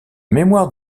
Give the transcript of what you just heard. mémoire